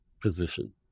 position